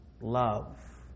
love